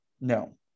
No